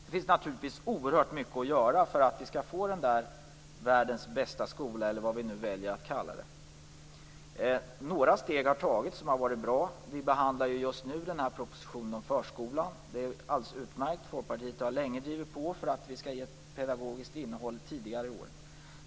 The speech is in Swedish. Det finns naturligtvis oerhört mycket att göra för att vi skall få världens bästa skola eller vad vi väljer att kalla det. Det har tagits några goda steg. Vi behandlar just nu propositionen om förskolan. Det är alldeles utmärkt. Folkpartiet har länge drivit på för ett pedagogiskt innehåll i tidigare år.